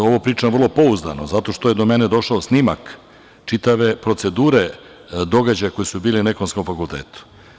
Ovo pričam vrlo pouzdano, zato što je do mene došao snimak čitave procedure događaja koji su bili na Ekonomskom fakultetu.